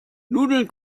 nudeln